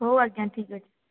ହେଉ ଆଜ୍ଞା ଠିକ ଅଛି